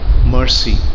mercy